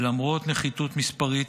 ולמרות נחיתות מספרית,